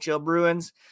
Bruins